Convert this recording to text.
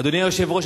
אדוני היושב-ראש,